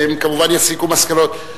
והן כמובן יסיקו מסקנות.